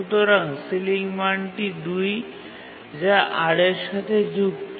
সুতরাং সিলিং মানটি ২ যা R এর সাথে যুক্ত